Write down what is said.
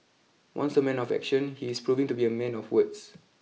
once a man of action he is proving to be a man of words